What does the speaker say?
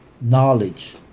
knowledge